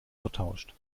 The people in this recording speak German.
vertauscht